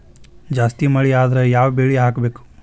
ಜಾಸ್ತಿ ಮಳಿ ಆದ್ರ ಯಾವ ಬೆಳಿ ಹಾಕಬೇಕು?